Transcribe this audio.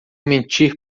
mentir